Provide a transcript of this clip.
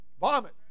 vomit